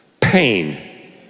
pain